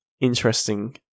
interesting